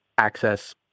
Access